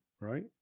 right